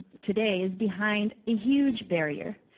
today is behind a huge barrier,